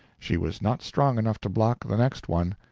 she was not strong enough to block the next one.